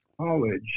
college